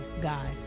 God